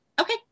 Okay